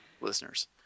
listeners